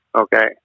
Okay